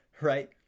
right